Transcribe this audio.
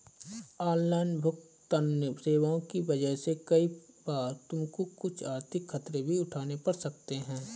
online भुगतन्न सेवाओं की वजह से कई बार तुमको कुछ आर्थिक खतरे भी उठाने पड़ सकते हैं